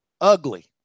ugly